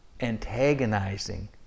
antagonizing